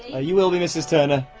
yeah you will be, mrs turner,